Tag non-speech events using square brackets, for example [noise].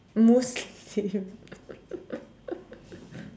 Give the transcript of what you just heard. mostly [laughs]